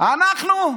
אנחנו?